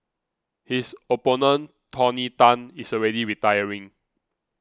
his opponent Tony Tan is already retiring